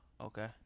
Okay